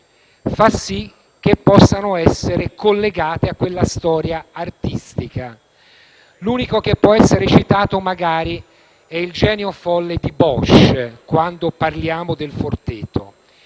fa sì che possano essere collegate a quella storia artistica. L'unico che può essere citato magari è il genio folle di Bosch quando parliamo della